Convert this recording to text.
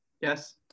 Yes